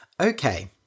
Okay